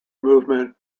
movement